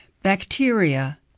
Bacteria